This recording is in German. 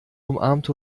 umarmte